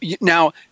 now